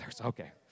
Okay